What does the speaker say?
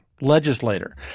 legislator